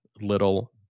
little